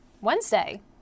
Wednesday